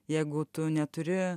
jeigu tu neturi